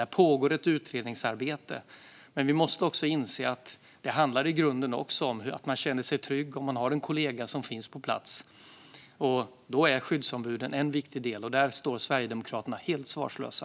Där pågår ett utredningsarbete, men vi måste också inse att det i grunden också handlar om att man känner sig trygg om man har en kollega som finns på plats. Då är skyddsombuden en viktig del, och där står Sverigedemokraterna helt svarslösa.